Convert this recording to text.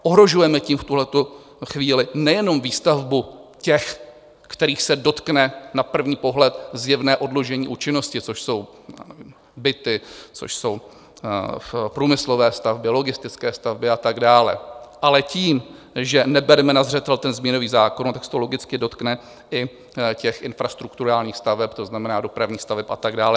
Ohrožujeme tím v tuhle chvíli nejenom výstavbu těch, kterých se dotkne na první pohled zjevné odložení účinnosti, což jsou byty, což jsou průmyslové stavby, logistické stavby a tak dále, ale tím, že nebereme na zřetel změnový zákon, tak se to logicky dotkne i těch infrastrukturálních staveb, to znamená dopravních staveb a tak dále.